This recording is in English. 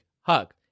hug